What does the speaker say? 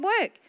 work